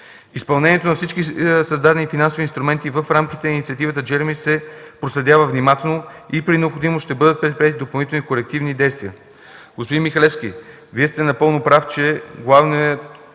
Изпълнението на всички създадени финансови инструменти в рамките на инициативата „Джереми” се проследява внимателно и при необходимост ще бъдат предприети допълнителни корективни действия. Господин Михалевски, Вие сте напълно прав, че главното